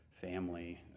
family